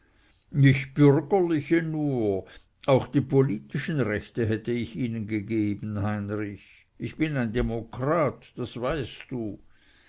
nicht bürgerliche nur auch die politischen rechte hätte ich ihnen gegeben heinrich ich bin ein demokrat das weißt du